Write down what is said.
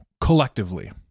collectively